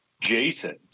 Jason